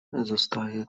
zostaje